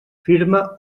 firma